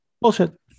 Bullshit